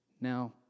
Now